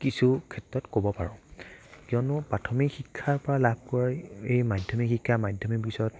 কিছু ক্ষেত্ৰত ক'ব পাৰোঁ কিয়নো এই শিক্ষাৰ পৰা লাভ কৰি মাধ্যমিক শিক্ষা মাধ্যমিকৰ পিছত